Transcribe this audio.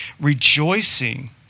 rejoicing